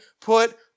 put